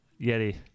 Yeti